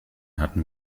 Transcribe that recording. hatten